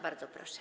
Bardzo proszę.